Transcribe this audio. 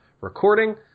recording